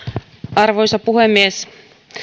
arvoisa puhemies